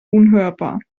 unhörbar